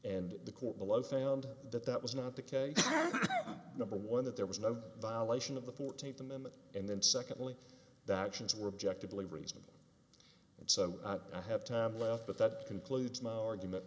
and the court below found that that was not the case number one that there was no violation of the fourteenth amendment and then secondly that actions were objected to leave reasonable and so i have time left but that concludes my argument